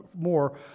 more